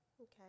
Okay